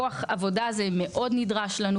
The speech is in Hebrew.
הכוח עבודה הזה הוא מאוד נחוץ לנו.